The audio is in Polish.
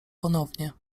ponownie